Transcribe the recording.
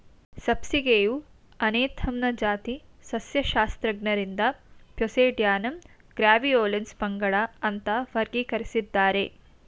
ಸಬ್ಬಸಿಗೆಯು ಅನೇಥಮ್ನ ಜಾತಿ ಸಸ್ಯಶಾಸ್ತ್ರಜ್ಞರಿಂದ ಪ್ಯೂಸೇಡ್ಯಾನಮ್ ಗ್ರ್ಯಾವಿಯೋಲೆನ್ಸ್ ಪಂಗಡ ಅಂತ ವರ್ಗೀಕರಿಸಿದ್ದಾರೆ